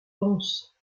pense